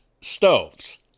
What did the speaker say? stoves